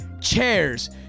chairs